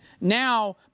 Now